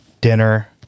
dinner